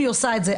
היא עושה זאת.